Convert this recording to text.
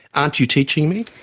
aren't you teaching me?